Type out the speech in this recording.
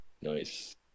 nice